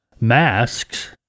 masks